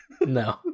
No